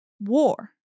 war